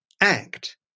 act